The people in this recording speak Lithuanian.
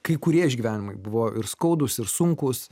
kai kurie išgyvenimai buvo ir skaudūs ir sunkūs